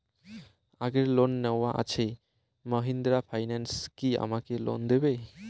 আগের লোন নেওয়া আছে মাহিন্দ্রা ফাইন্যান্স কি আমাকে লোন দেবে?